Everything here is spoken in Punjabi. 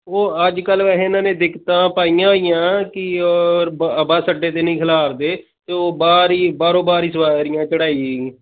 ਉਹ ਅੱਜ ਕੱਲ੍ਹ ਵੈਸੇ ਇਹਨਾਂ ਨੇ ਦਿੱਕਤਾਂ ਪਾਈਆਂ ਹੋਈਆਂ ਕਿ ਉਹ ਬ ਬੱਸ ਅੱਡੇ 'ਤੇ ਨਹੀਂ ਖਿਲਾਰ ਦੇ ਅਤੇ ਉਹ ਬਾਹਰ ਹੀ ਬਾਹਰੋਂ ਬਾਹਰ ਹੀ ਸਵਾਰੀਆਂ ਚੜਾਈ